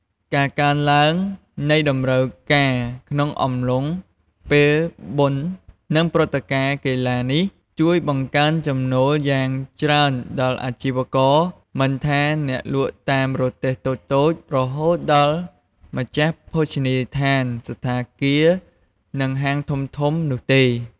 ការកើនឡើងនៃតម្រូវការក្នុងអំឡុងពេលបុណ្យនិងព្រឹត្តិការណ៍កីឡានេះ ជួយបង្កើនចំណូលយ៉ាងច្រើនដល់អាជីវករ មិនថាអ្នកលក់តាមរទេះតូចៗ រហូតដល់ម្ចាស់ភោជនីយដ្ឋាន សណ្ឋាគារ និងហាងធំៗនោះទេ។